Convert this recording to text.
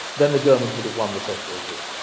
then the germans would have won the first world war.